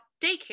daycare